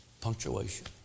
Punctuation